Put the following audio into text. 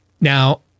Now